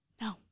No